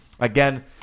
Again